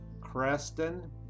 Creston